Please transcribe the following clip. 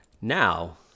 now